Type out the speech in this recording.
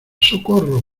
socorro